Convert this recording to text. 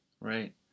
Right